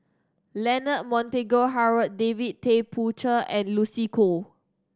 Leonard Montague Harrod David Tay Poey Cher and Lucy Koh